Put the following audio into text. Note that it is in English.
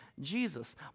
Jesus